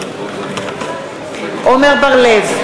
נגד עמר בר-לב,